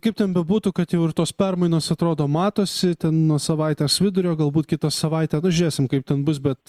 kaip ten bebūtų kad jau ir tos permainos atrodo matosi nuo savaitės vidurio galbūt kitą savaitę nu žiūrėsim kaip ten bus bet